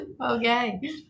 Okay